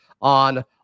on